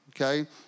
okay